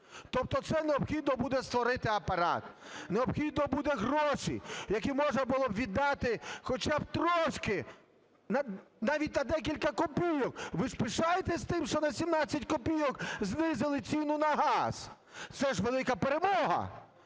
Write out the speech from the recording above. Тобто це необхідно буде створити апарат, необхідно будуть гроші, які можна було б віддати хоча б трошки, навіть на декілька копійок, ви ж пишаєтесь тим, що на 17 копійок знизили ціну на газ, це ж велика перемога.